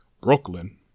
Brooklyn